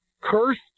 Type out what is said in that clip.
cursed